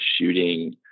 shooting